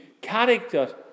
character